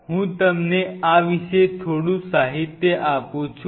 હું તમને આ વિશે થોડું સાહિત્ય આપું છું